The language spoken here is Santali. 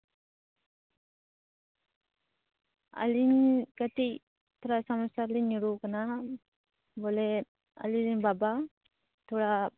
ᱟᱹᱞᱤᱧ ᱠᱟᱹᱴᱤᱡ ᱛᱷᱚᱲᱟ ᱥᱚᱢᱚᱥᱥᱟ ᱨᱮᱞᱤᱧ ᱧᱩᱨᱩᱣᱟᱠᱟᱱᱟ ᱵᱚᱞᱮ ᱟᱹᱞᱤᱧ ᱨᱮᱱ ᱵᱟᱵᱟ ᱛᱷᱚᱲᱟ